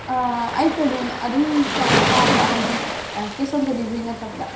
ꯑꯩ ꯄꯦꯃꯦꯟ ꯑꯗꯨꯝ ꯇꯧꯕ ꯄꯥꯝꯕ ꯍꯥꯏꯗꯤ ꯀꯦꯁ ꯑꯣꯟ ꯗꯤꯂꯤꯕꯔꯤ ꯅꯠꯇꯕꯗ